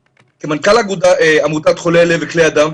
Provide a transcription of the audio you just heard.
כמנכ"ל עמותת חולי לב וכלי הדם,